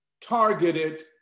targeted